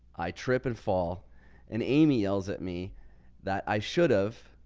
i trip and fall and amy yells at me that i should have.